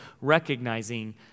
recognizing